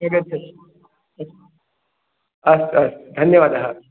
एतत् ह अस्तु असु धन्यवादः